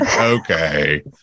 okay